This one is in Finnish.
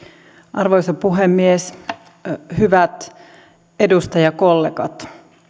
arvoisa puhemies hyvät edustajakollegat